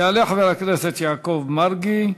יעלה חבר הכנסת יעקב מרגי,